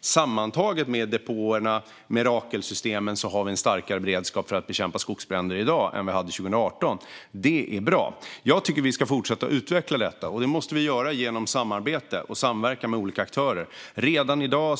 Sammantaget, med depåerna och med Rakelsystemen, har vi en starkare beredskap för att bekämpa skogsbränder i dag än 2018. Det är bra. Jag tycker att vi ska fortsätta utveckla detta. Det måste vi göra genom samarbete med och samverkan mellan olika aktörer. Redan i dag